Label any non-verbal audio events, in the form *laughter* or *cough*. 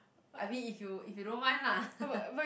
I mean if you if you don't mind lah *laughs*